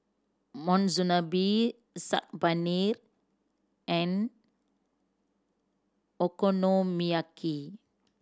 Monsunabe Saag Paneer and Okonomiyaki